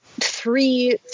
three